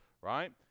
right